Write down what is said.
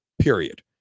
period